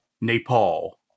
Nepal